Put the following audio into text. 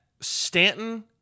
Stanton